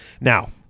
Now